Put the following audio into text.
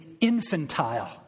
infantile